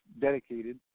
dedicated